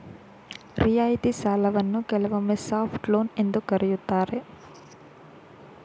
ರಿಯಾಯಿತಿ ಸಾಲವನ್ನ ಕೆಲವೊಮ್ಮೆ ಸಾಫ್ಟ್ ಲೋನ್ ಎಂದು ಕರೆಯುತ್ತಾರೆ